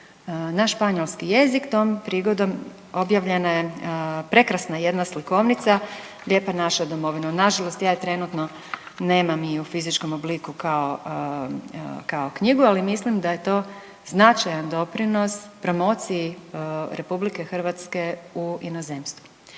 na španjolski jezik. Tom prigodom objavljena je prekrasna jedna slikovnica „Lijepa naša domovino“. Nažalost, ja je trenutno nemam i u fizičkom obliku kao, kao knjigu, ali mislim da je to značajan doprinos promociji RH u inozemstvu.